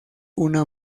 una